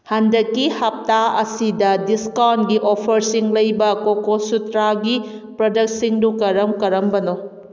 ꯍꯟꯗꯛꯀꯤ ꯍꯞꯇꯥ ꯑꯁꯤꯗ ꯗꯤꯁꯀꯥꯎꯟꯒꯤ ꯑꯣꯐꯔꯁꯤꯡ ꯂꯩꯕ ꯀꯣꯀꯣꯁꯨꯇ꯭ꯔꯥꯒꯤ ꯄ꯭ꯔꯗꯛꯁꯤꯡꯗꯨ ꯀꯔꯝ ꯀꯔꯝꯕꯅꯣ